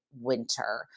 winter